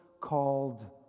called